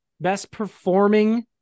best-performing